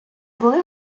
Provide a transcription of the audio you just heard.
були